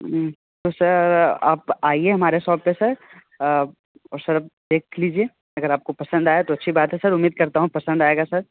तो सर आप आइए हमारे सॉप पे सर और सर देख लीजिए अगर आपको पसंद आए तो अच्छी बात है सर उम्मीद करता हूँ पसंद आएगा सर